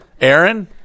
Aaron